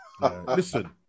Listen